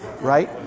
right